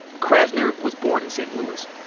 krasner was born in st. louis,